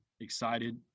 excited